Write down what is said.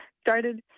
started